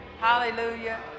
Hallelujah